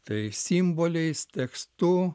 tai simboliais tekstu